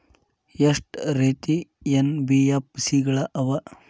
ಎಷ್ಟ ರೇತಿ ಎನ್.ಬಿ.ಎಫ್.ಸಿ ಗಳ ಅವ?